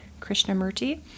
Krishnamurti